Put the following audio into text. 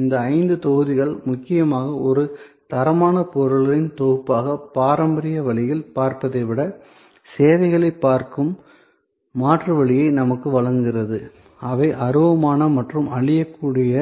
இந்த ஐந்து தொகுதிகள் முக்கியமாக ஒரு தரமான பொருட்களின் தொகுப்பாக பாரம்பரிய வழியில் பார்ப்பதை விட சேவைகளைப் பார்க்கும் மாற்று வழியை நமக்கு வழங்குகிறது அவை அருவமான மற்றும் அழியக்கூடிய